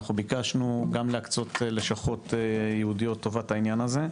אנחנו ביקשנו גם להקצות לשכות ייעודיות לטובת העניין הזה,